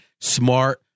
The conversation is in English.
smart